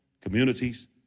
communities